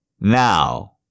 Now